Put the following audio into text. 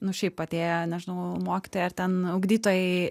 nu šiaip atėję nežinau mokyti ar ten ugdytojai